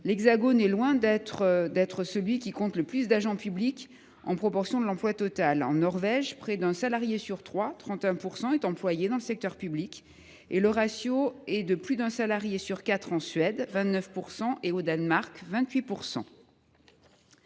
pays est loin d’être celui qui compte le plus d’agents publics en proportion de l’emploi total. En Norvège, près d’un salarié sur trois, soit 31 %, est employé dans le secteur public. Le ratio est de plus d’un salarié sur quatre en Suède, soit 29 %, et au Danemark de 28 %.